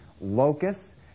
locusts